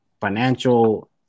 financial